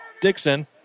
Dixon